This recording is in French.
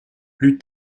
plus